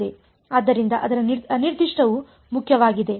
ಆದ್ದರಿಂದ ಅದರ ಅನಿರ್ದಿಷ್ಟವು ಮುಖ್ಯವಾಗಿದೆ